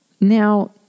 Now